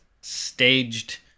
staged